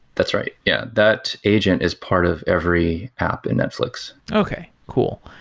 that's right. yeah. that agent is part of every hap in netflix okay, cool.